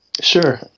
Sure